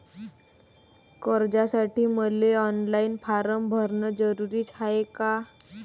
कर्जासाठी मले online form भरन जरुरीच हाय का?